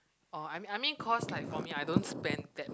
orh I mean I mean cause like for me I don't spend that